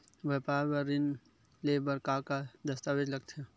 व्यापार बर ऋण ले बर का का दस्तावेज लगथे?